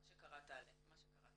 מה שקראת לה.